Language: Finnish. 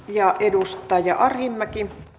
arvoisa rouva puhemies